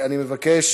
אני מבקש